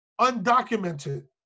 undocumented